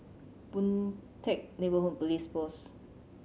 Boon Teck Neighbourhood Police Post